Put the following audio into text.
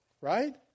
Right